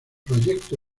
proyecto